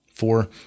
Four